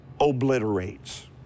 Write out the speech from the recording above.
Obliterates